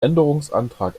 änderungsantrag